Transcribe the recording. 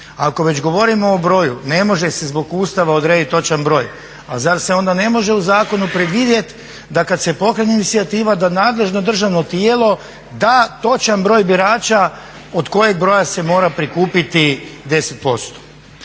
Ako već govorimo o broju, ne može se zbog Ustava odredit točan broj, zar se onda ne može u zakonu predvidjet da kad se pokrene inicijativa da nadležno državno tijelo da točan broj birača od kojeg broja se mora prikupiti 10%.